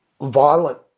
violent